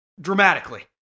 dramatically